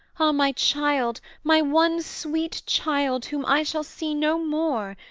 ah, my child, my one sweet child, whom i shall see no more!